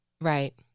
Right